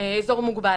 אזור מוגבל.